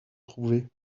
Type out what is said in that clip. trouvés